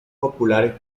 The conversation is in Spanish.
populares